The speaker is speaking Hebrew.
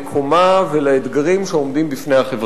למקומה ולאתגרים שעומדים בפניה.